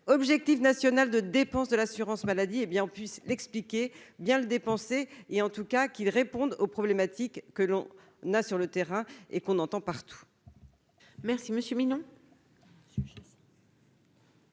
objectif national de dépenses de l'assurance maladie, hé bien puisse l'expliquer bien le dépenser et en tout cas qu'il réponde aux problématiques que l'on n'a, sur le terrain et qu'on entend partout.